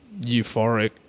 euphoric